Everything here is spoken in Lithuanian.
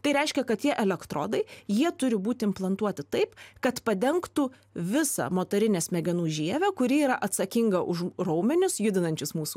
tai reiškia kad jie elektrodai jie turi būti implantuoti taip kad padengtų visą motorinę smegenų žievę kuri yra atsakinga už raumenis judinančius mūsų